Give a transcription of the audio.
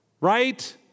Right